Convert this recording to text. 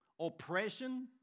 oppression